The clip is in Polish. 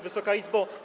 Wysoka Izbo!